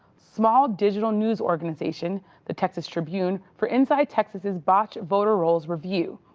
small digital news organization the texas tribune for inside texas' botched voter-rolls review.